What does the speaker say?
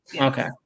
Okay